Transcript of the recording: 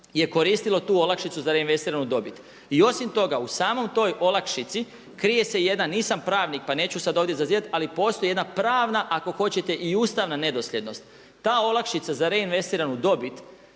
je koristilo tu olakšicu za reinvestiranu dobit. I osim toga u samoj toj olakšici krije se jedan nisam pravnik pa neću sad ovdje zazivat, ali postoji jedna pravna ako hoćete i ustavna nedosljednost. Ta olakšica za reinvestiranu dobit